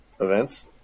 Events